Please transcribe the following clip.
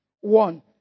One